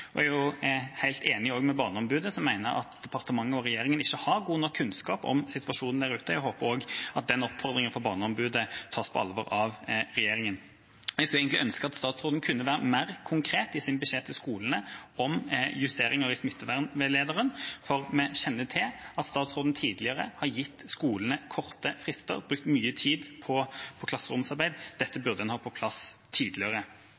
Jeg er også helt enig med Barneombudet, som mener at departementet og regjeringa ikke har god nok kunnskap om situasjonen der ute. Jeg håper at den oppfordringen fra Barneombudet tas på alvor av regjeringa. Jeg skulle egentlig ønske at statsråden kunne være mer konkret i sin beskjed til skolene om justeringer i smittevernveilederen, for vi kjenner til at statsråden tidligere har gitt skolene korte frister og brukt mye tid på klasseromsarbeid. Dette burde man hatt på plass tidligere.